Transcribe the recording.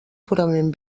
purament